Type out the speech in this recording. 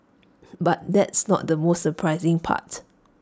but that's not the most surprising part